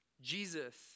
jesus